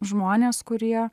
žmonės kurie